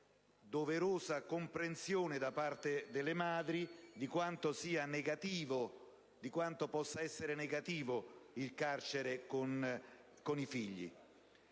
doverosa comprensione da parte delle madri di quanto possa essere negativo il carcere con i figli.